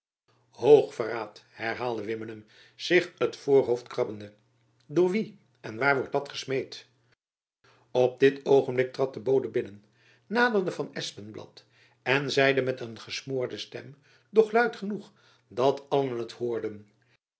hoog verraad herhaalde wimmenum zich het voorhoofd krabbende door wien en waar wordt dat gesmeed jacob van lennep elizabeth musch op dit oogenblik trad de bode binnen naderde van espenblad en zeide met een gesmoorde stem doch luid genoeg dat allen t hoorden